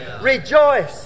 Rejoice